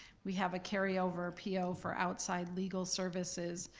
we have a carryover po for outside legal services,